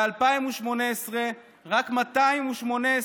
ב-2018 רק 218,